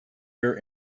clear